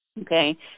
Okay